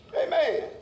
Amen